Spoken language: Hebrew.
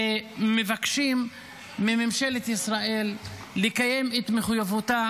ומבקשים מממשלת ישראל לקיים את מחויבותה